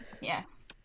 Yes